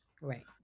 Right